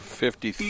fifty